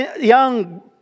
young